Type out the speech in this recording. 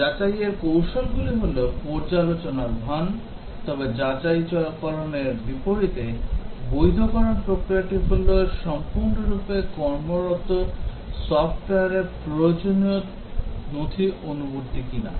যাচাইয়ের কৌশলগুলি হল পর্যালোচনার ভান তবে যাচাইকরণের বিপরীতে বৈধকরণ প্রক্রিয়াটি হল সম্পূর্ণরূপে কর্মরত সফট্ওয়ারের প্রয়োজনীয় নথি অনুবর্তী কিনা